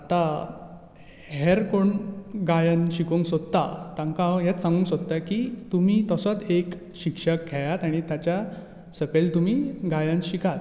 आतां हेर कोण गायन शिकूंक सोदता तांका हांव हेंच सांगूंक सोदतां की तुमी तसोच एक शिक्षक घेयात आनी ताच्या सकयल तुमी गायन शिकात